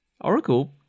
Oracle